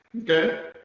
Okay